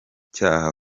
cyaha